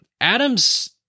Adams